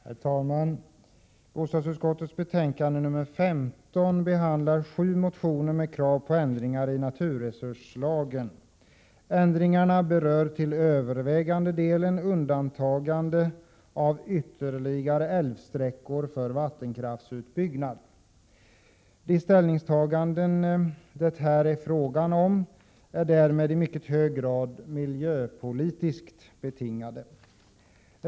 Herr talman! Bostadsutskottets betänkande nr 15 behandlar sju motioner med krav på ändringar i naturresurslagen. Ändringarna berör till övervägande del undantagande av ytterligare älvsträckor för vattenkraftsutbyggnad. Prot. 1987/88:118 De ställningstaganden det här är fråga om är därmed i mycket hög grad miljöpolitiskt betingade.